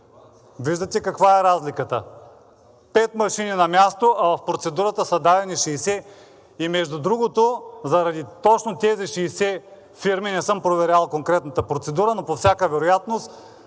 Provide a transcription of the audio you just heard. Виждате каква е разликата. Пет машини на място, а в процедурата са дадени 60. И между другото, заради точно тези 60 фирми – не съм проверявал конкретната процедура, но по всяка вероятност